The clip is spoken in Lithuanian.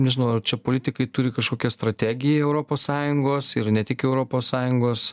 nežinau ar čia politikai turi kažkokią strategiją europos sąjungos ir ne tik europos sąjungos